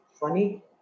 funny